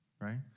right